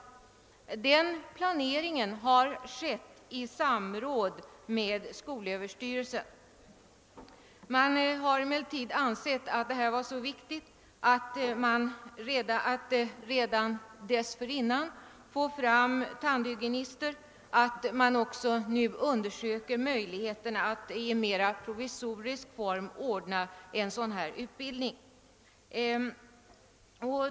Den planeringen har gjorts i samråd med skolöverstyrelsen. Man har emellertid ansett det vara så viktigt att redan dessförinnan utbilda tandhygienister att man nu också undersöker möjligheterna att i mera provisorisk form ordna en dylik utbildning.